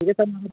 ठीक है सर